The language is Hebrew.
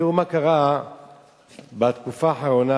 תראו מה קרה בתקופה האחרונה,